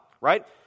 right